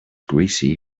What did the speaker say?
greasy